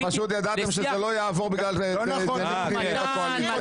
פשוט ידעתם שזה לא יעבור בגלל עניינים בתוך הקואליציה.